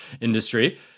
industry